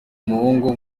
umuhungu